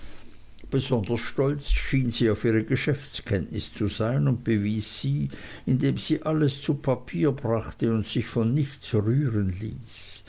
besonders stolz schien sie auf ihre geschäftskenntnis zu sein und bewies sie indem sie alles zu papier brachte und sich von nichts rühren ließ